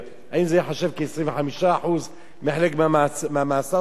האם זה ייחשב כ-25% בחלק מהמעצר שלו,